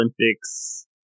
Olympics